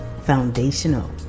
foundational